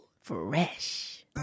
Fresh